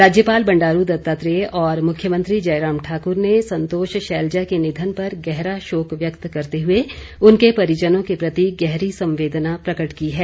राज्यपाल बंडारू दत्तात्रेय और मुख्यमंत्री जयराम ठाकुर ने संतोष शैलजा के निधन पर गहरा शोक व्यक्त करते हुए उनके परिजनों के प्रति गहरी संवेदना प्रकट की है